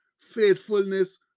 faithfulness